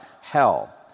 hell